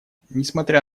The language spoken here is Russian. несмотря